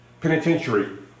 Penitentiary